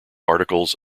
articles